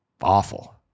awful